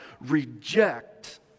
reject